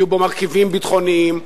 יהיו בו מרכיבים ביטחוניים,